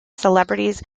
celebrities